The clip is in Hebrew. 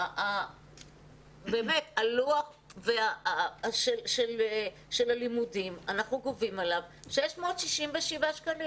הלוח של הלימודים, אנחנו גובים עליו 667 שקלים.